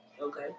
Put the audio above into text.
Okay